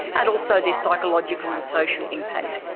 and also the psychological and social impact.